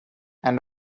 and